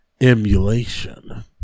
Emulation